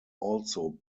also